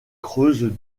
creuses